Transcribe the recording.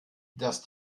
dass